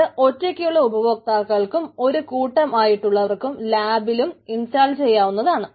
ഇത് ഒറ്റയ്ക്കുള്ള ഉപഭോക്താക്കൾക്കും ഒരു കൂട്ടം ആയിട്ടുള്ളവർക്കും ലാബിലും ഇൻസ്റ്റാൾ ചെയ്യാവുന്നതാണ്